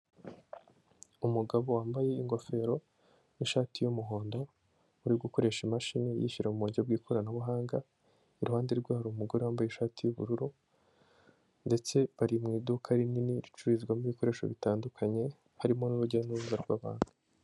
Umugabo wambaye ingofero n'ishati y'umuhondo, uri gukoresha imashini yishyura mu buryo bw'ikoranabuhanga, iruhande rwe hari umugore wambaye ishati y'ubururu ndetse bari mu iduka rinini, ricururizwamo ibikoresho bitandukanye, harimo n'urujya n'uruza rw'abantu.